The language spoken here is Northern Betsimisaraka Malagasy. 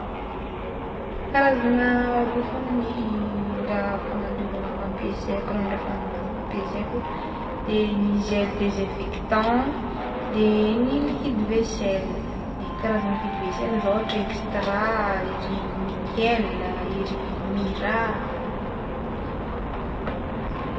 Karazagna roa fogna ny raha fanadiovana fampiasaiko ranon-draha fanadiovana ampisaiko de ny gel desinfectant de ny liquide vaisselle, karazagna le liquide vaisselle zao ohatra extra, ery nickel, ery mira, zay.